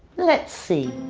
let's see.